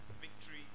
victory